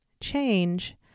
Change